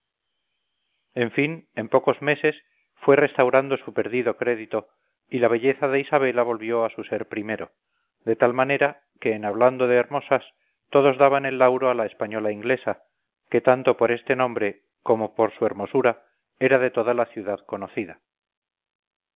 en fin en pocos meses fue restaurando su perdido crédito y la belleza de isabela volvió a su ser primero de tal manera que en hablando de hermosas todos daban el lauro a la española inglesa que tanto por este nombre como por su hermosura era de toda la ciudad conocida